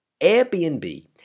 Airbnb